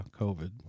COVID